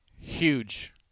huge